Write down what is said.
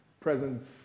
present